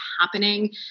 happening